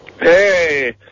Hey